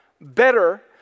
better